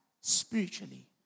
spiritually